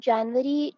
January